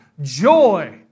Joy